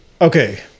Okay